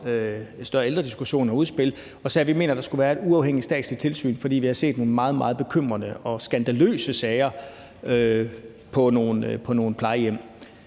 større ældrediskussion og -udspil, at der skulle være et uafhængigt statsligt tilsyn, fordi vi har set nogle meget, meget bekymrende og skandaløse sager på nogle plejehjem.